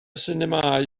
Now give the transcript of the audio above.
sinemâu